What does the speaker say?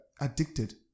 addicted